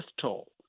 toll